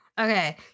Okay